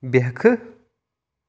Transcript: بیٛیکھٕ